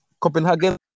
Copenhagen